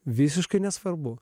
visiškai nesvarbu